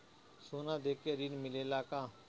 सोना देके ऋण मिलेला का?